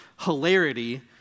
hilarity